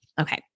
okay